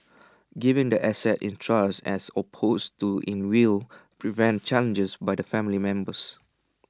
giving the assets in trust as opposed to in will prevents challenges by the family members